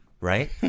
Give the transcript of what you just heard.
right